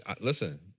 listen